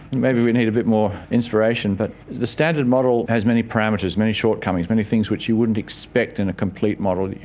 maybe we need a bit more inspiration. but the standard model has many parameters, many shortcomings, many things which you wouldn't expect in a complete model.